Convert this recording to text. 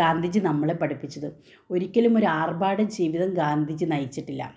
ഗാന്ധിജി നമ്മളെ പഠിപ്പിച്ചത് ഒരിക്കലും ഒരു ആര്ഭാട ജീവിതം ഗാന്ധിജി നയിച്ചിട്ടില്ല